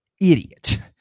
idiot